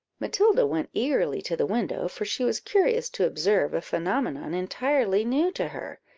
matilda went eagerly to the window, for she was curious to observe a phenomenon entirely new to her.